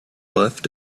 left